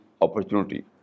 opportunity